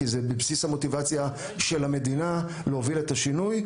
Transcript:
כי זה בבסיס המוטיבציה של המדינה להוביל את השינוי,